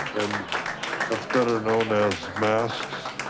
and that's better known as masks